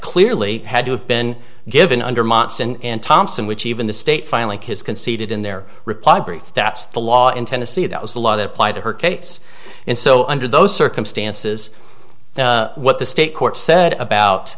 clearly had to have been given under matson and thompson which even the state finally kids conceded in their reply brief that's the law in tennessee that was the law that apply to her case and so under those circumstances what the state court said about